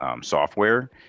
software